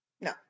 No